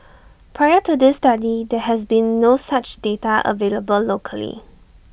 prior to this study there has been no such data available locally